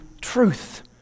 truth